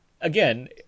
again